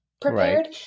prepared